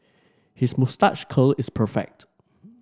his moustache curl is perfect